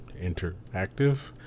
interactive